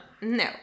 No